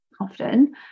often